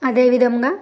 అదేవిధంగా